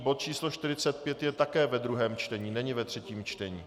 Bod číslo 45 je také ve druhém čtení, není ve třetím čtení.